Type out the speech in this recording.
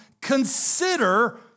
consider